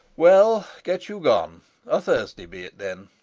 well, get you gone o' thursday be it then